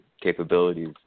capabilities